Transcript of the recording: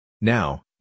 Now